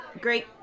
great